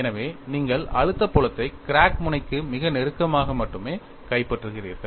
எனவே நீங்கள் அழுத்த புலத்தை கிராக் முனைக்கு மிக நெருக்கமாக மட்டுமே கைப்பற்றுகிறீர்கள்